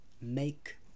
make